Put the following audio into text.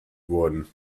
wurden